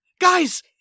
Guys